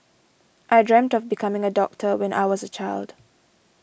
I dreamt of becoming a doctor when I was a child